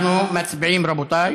מסכימים, כספים.